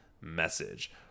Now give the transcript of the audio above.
message